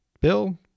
Bill